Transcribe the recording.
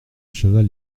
cheval